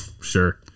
Sure